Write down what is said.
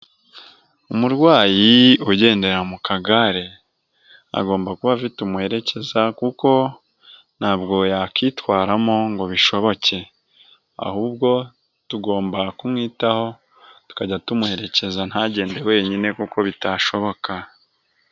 Umurwayi ugendera mu kagare, agomba kuba afite umuherekeza kuko ntabwo yakitwaramo ngo bishoboka. Ahubwo tugomba kumwitaho tukajya tumuherekeza ntagende wenyine kuko bitashoboka.